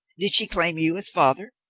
did she claim you as father?